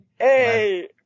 hey